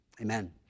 amen